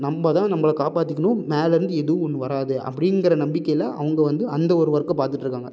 நம்ப தான் நம்பளை காப்பாற்றிக்கணும் மேலருந்து எதுவும் ஒன்று வராது அப்படிங்கிற நம்பிக்கையில அவங்க வந்து அந்த ஒரு ஒர்க்கை பார்த்துட்ருக்காங்க